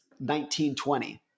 1920